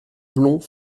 blonds